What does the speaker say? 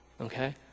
Okay